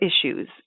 issues